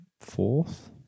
fourth